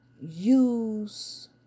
use